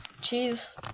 cheese